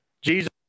Jesus